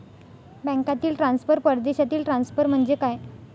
बँकांतील ट्रान्सफर, परदेशातील ट्रान्सफर म्हणजे काय?